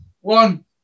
one